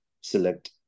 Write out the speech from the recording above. select